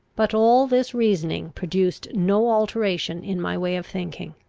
but all this reasoning produced no alteration in my way of thinking.